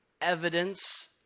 evidence